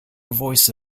voice